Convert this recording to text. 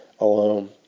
alone